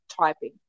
typing